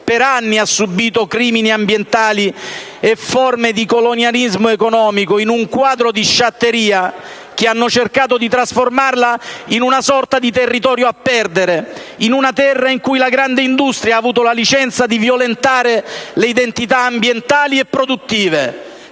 per anni ha subito crimini ambientali e forme di colonialismo economico in un quadro di sciatteria che hanno cercato di trasformarla in una sorta di «territorio a perdere», in una terra in cui la grande industria ha avuto la licenza di violentare le identità ambientali e produttive